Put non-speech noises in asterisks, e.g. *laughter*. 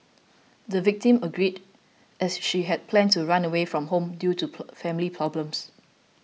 the victim agreed as she had planned to run away from home due to *unintelligible* family problems